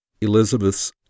Elizabeth's